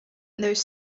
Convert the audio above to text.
those